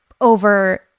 over